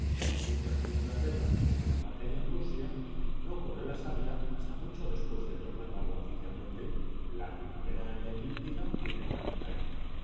mientras que en inglaterra en dinamarca y en rusia no corre la savia hasta mucho después de proclamarla oficialmente la primavera en la eclíptica y en el calendario